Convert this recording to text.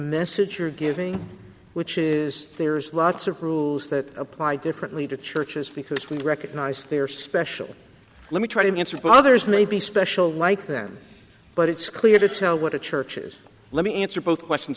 message you're giving which is there's lots of rules that apply differently to churches because we recognize they are special let me try to answer but others may be special like them but it's clear to tell what a church is let me answer both questions